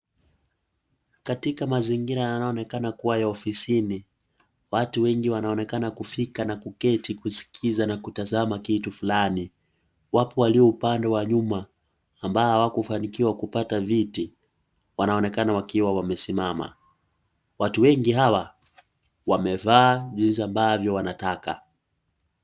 Katika mazingira yanayoonekana kuwa ya ofisini, watu wengi wanaonekana kufika na kuketi kuskiza na kutazama kitu fulani. Wapo walio upande wa nyuma ambao hawakufanikiwa kupata viti wanaonekana wakiwa wamesimama. Watu wengi hawa wamevaa jinsi ambavyo wanataka.